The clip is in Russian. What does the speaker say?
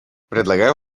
предлагаю